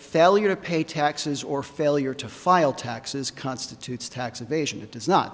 failure to pay taxes or failure to file taxes constitutes tax evasion it does not